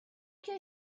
que